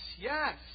yes